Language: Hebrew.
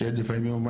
שהילד לפעמים יום,